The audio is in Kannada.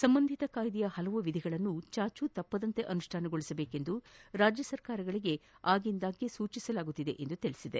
ಸಂಬಂಧಿತ ಕಾಯ್ದೆಯ ಹಲವು ವಿಧಿಗಳನ್ನು ಚಾಚೂತಪ್ಪದಂತೆ ಅನುಷ್ಠಾನಗೊಳಿಸುವಂತೆ ರಾಜ್ಯ ಸರ್ಕಾರಗಳಿಗೆ ಆಗಿಂದಾಗ್ಲೆ ಸೂಚಿಸಲಾಗುತ್ತಿದೆ ಎಂದು ತಿಳಿಸಿದೆ